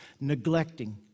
neglecting